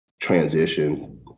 transition